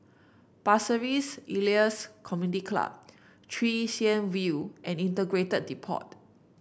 Pasir Ris Elias Community Club Chwee Chian View and Integrated Depot